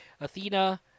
Athena